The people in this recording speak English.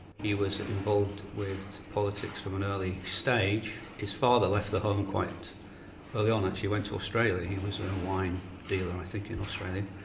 he was involved with politics from an early stage. his father left the home quite early on actually, went to australia he was a wine dealer i think in australia.